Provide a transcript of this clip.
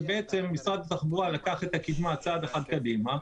ובעצם משרד התחבורה לקח את הקדמה צעד אחד קדימה,